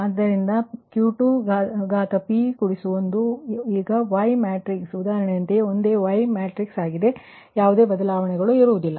ಆದ್ದರಿಂದ ಇದು ನಿಮ್ಮ Q2p1 ಈಗ Y ಮ್ಯಾಟ್ರಿಕ್ಸ್ ಉದಾಹರಣೆಯಂತೆಯೇ ಒಂದೇ Y ಮ್ಯಾಟ್ರಿಕ್ಸ್ ಆಗಿದೆ ಆದ್ದರಿಂದ ಯಾವುದೇ ಬದಲಾವಣೆ ಇಲ್ಲ